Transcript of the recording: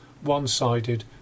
one-sided